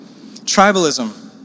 Tribalism